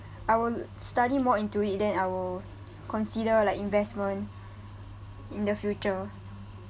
I will study more into it then I will consider like investment in the future